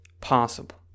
possible